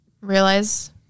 realize